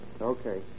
Okay